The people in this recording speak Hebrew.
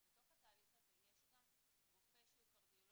אבל בתוך התהליך הזה יש גם רופא שהוא קרדיולוג,